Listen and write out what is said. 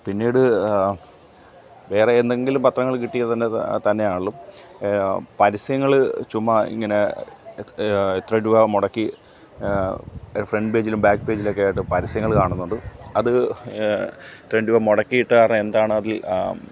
പിന്നീട് വേറെ എന്തെങ്കിലും പത്രങ്ങൾ കിട്ടിയത് തന്നെ തന്നെ ആണെങ്കിലും പരസ്യങ്ങൾ ചുമ്മാ ഇങ്ങനെ ഇത്ര രൂപ മുടക്കി ഫ്രണ്ട് പേജിലും ബാക്ക് പേജിലൊക്കെ ആയിട്ട് പരസ്യങ്ങൾ കാണുന്നുണ്ട് അത് ഇത്രയും രൂപ മുടക്കിയിട്ടാണ് എന്താണ് അതിൽ